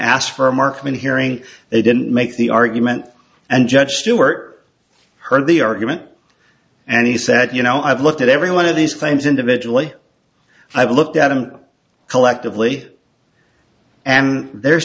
ask for a marksman hearing they didn't make the argument and judge stewart heard the argument and he said you know i've looked at every one of these claims individually i've looked at them collectively and there's